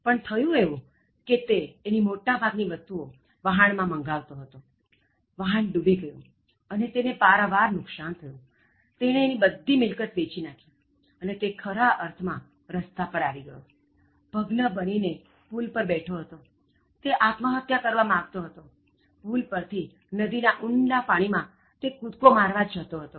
પણ થયું એવું કે તે તેની મોટા ભાગ ની વસ્તુઓ વહાણ માં મગાવતો હતો વહાણ ડૂબી ગયું અને તેને પારાવાર નુકશાન થયુંતેણે એની બધી મિલકત વેચી નાખીઅને તે ખરા અર્થ માં તે રસ્તા પર આવી ગયો ભગ્ન બનીને પુલ પર બેઠો હતોતે આત્મહત્યા કરવા માગતો હતો પુલ પર થી નદીના ઊંડા પાણી માં તે કૂદકો મારવા જ જતો હતો